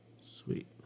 Sweet